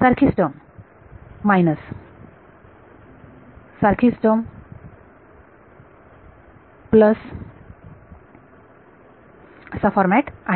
सारखीच term minus सारखीच term plus असा फॉरमॅट आहे